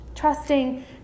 trusting